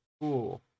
Cool